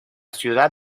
ciudad